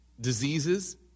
diseases